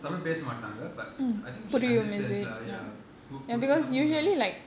தமிழ்பேசமாட்டாங்க:tamizh pesa maataanka but I think she understands lah ya தமிழ்கொஞ்சம்புரியறமாதிரி:tamizh konjam puriyara mathiri